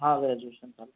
हां ग्रॅजुएशन झालं आहे